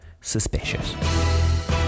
suspicious